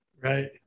Right